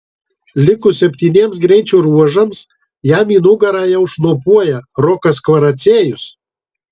likus septyniems greičio ruožams jam į nugarą jau šnopuoja rokas kvaraciejus